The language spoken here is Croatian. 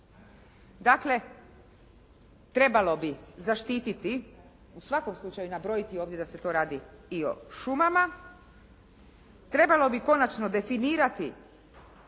Dakle, trebalo bi zaštiti u svakom slučaju nabrojiti da se tu radi i o šumama, trebalo bi konačno definirati